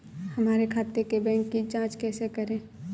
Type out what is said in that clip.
हमारे खाते के बैंक की जाँच कैसे करें?